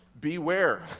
Beware